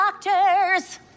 doctors